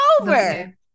over